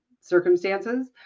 circumstances